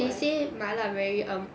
they say 麻辣 very um